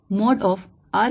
r r